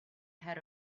ahead